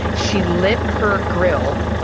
she lit her grill